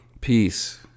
Peace